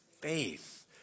faith